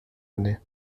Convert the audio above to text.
launay